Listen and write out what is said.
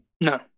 no